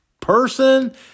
person